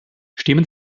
stimmen